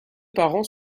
parents